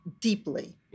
deeply